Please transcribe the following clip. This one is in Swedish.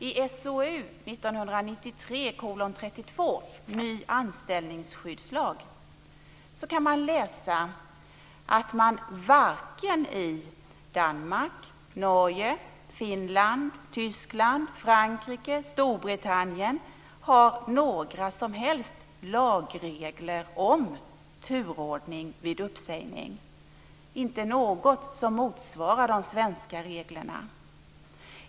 I SOU 1993:32 Ny anställningsskyddslag kan man läsa att det varken i Danmark, Norge, Finland, Tyskland, Frankrike eller Storbritannien finns några som helst lagregler om turordningen vid uppsägning, inte några som motsvarar de svenska reglerna.